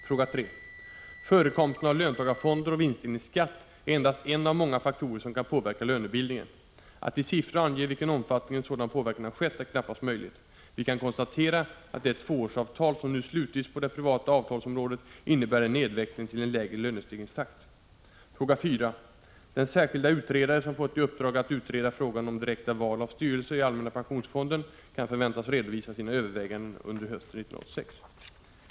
Fråga 3: Förekomsten av löntagarfonder och vinstdelningsskatt är endast en av många faktorer som kan påverka lönebildningen. Att i siffror ange i vilken omfattning en sådan påverkan har skett är knappast möjligt. Vi kan konstatera att det tvåårsavtal som nu slutits på det privata avtalsområdet innebär en nedväxling till en lägre lönestegringstakt. Fråga 4: Den särskilda utredare som fått i uppdrag att utreda frågan om direkta val av styrelser i allmänna pensionfonden kan förväntas redovisa sina överväganden under hösten 1986.